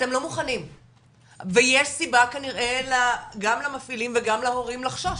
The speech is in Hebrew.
אתם לא מוכנים ויש סיבה כנראה גם למפעילים וגם להורים לחשוש.